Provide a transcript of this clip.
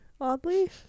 oddly